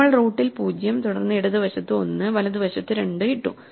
നമ്മൾ റൂട്ടിൽ 0 തുടർന്ന് ഇടതുവശത്ത് 1 വലതുവശത്ത് 2 ഇട്ടു